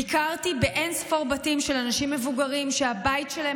ביקרתי באין-ספור בתים של אנשים מבוגרים שהבית שלהם